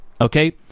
Okay